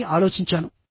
అని ఆలోచించాను